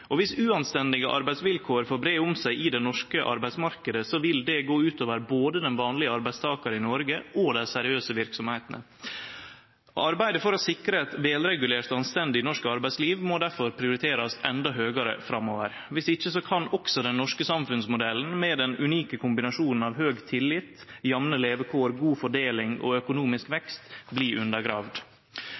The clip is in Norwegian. i den norske arbeidsmarknaden, vil det gå ut over både den vanlege arbeidstakar i Noreg og dei seriøse verksemdene. Arbeidet for å sikre eit godt regulert og anstendig norsk arbeidsliv må derfor prioriterast endå høgare framover. Viss ikkje kan også den norske samfunnsmodellen, med den unike kombinasjonen av høg tillit, jamne levekår, god fordeling og økonomisk vekst,